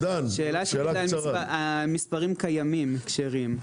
כל המספרים הקיימים הכשרים,